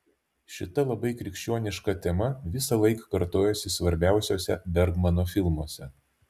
šita labai krikščioniška tema visąlaik kartojasi svarbiausiuose bergmano filmuose